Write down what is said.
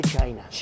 China